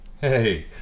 Hey